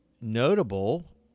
notable